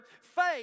faith